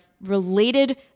related